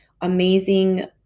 amazing